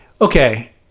Okay